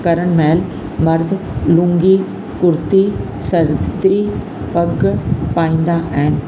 करण महिल मर्द लुंगी कुर्ती सदरी पग पाईंदा आहिनि